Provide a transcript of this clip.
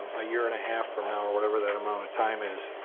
a year and a half from now or whatever that amount of time is.